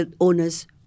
owners